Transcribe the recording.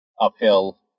uphill